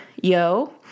Yo